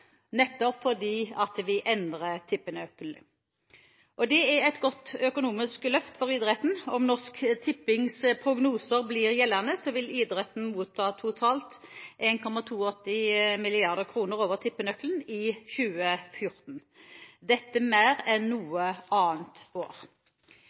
nettopp fordi vi endrer tippenøkkelen. Det er et godt økonomisk løft for idretten. Om Norsk Tippings prognoser blir gjeldende, vil idretten motta totalt 1,82 mrd. kr over tippenøkkelen i 2014. Dette er mer enn